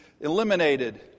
eliminated